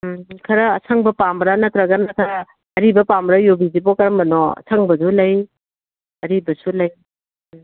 ꯎꯝ ꯈꯔ ꯑꯁꯪꯕ ꯄꯥꯝꯕ꯭ꯔꯥ ꯅꯠꯇ꯭ꯔꯒꯅ ꯑꯔꯤꯕ ꯄꯥꯝꯕ꯭ꯔꯥ ꯌꯨꯕꯤꯁꯤꯕꯣ ꯀꯔꯝꯕꯅꯣ ꯑꯁꯪꯕꯁꯨ ꯂꯩ ꯑꯔꯤꯕꯁꯨ ꯂꯩ